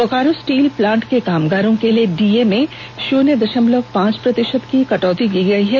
Bokaro steel plant के कामगारों के लिए डीए में शून्य दशमलव पांच प्रतिशत की कटौती की गई है